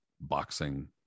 boxing